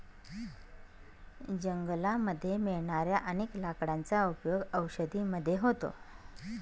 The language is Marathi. जंगलामध्ये मिळणाऱ्या अनेक लाकडांचा उपयोग औषधी मध्ये होतो